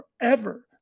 forever